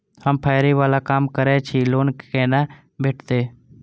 हम फैरी बाला काम करै छी लोन कैना भेटते?